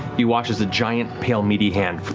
you watch as a giant, pale, meaty hand,